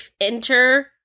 enter